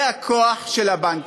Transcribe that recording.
זה הכוח של הבנקים.